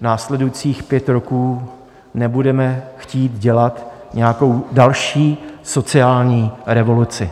následujících pět roků nebudeme chtít dělat nějakou další sociální revoluci.